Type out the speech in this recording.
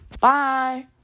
Bye